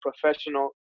professional